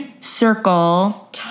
circle